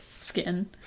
skin